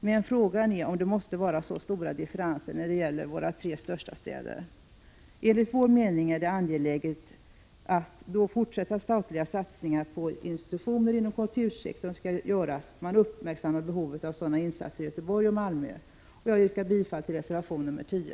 Men frågan är om det måste vara så stora differenser mellan våra tre största städer. Enligt vår mening är det angeläget att man, då fortsatta statliga satsningar | på institutioner inom kultursektorn skall göras, uppmärksammar behovet av sådana insatser i Göteborg och Malmö. Jag yrkar bifall till reservation 10.